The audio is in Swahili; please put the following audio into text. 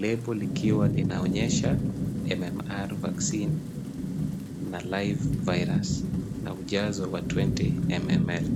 Lebo likiwa linaonyesha MMR Vaccine na Live Virus na ujazo wa 20 mml.